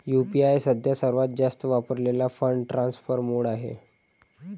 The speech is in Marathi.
यू.पी.आय सध्या सर्वात जास्त वापरलेला फंड ट्रान्सफर मोड आहे